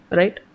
right